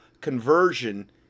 conversion